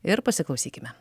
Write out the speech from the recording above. ir pasiklausykime